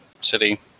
city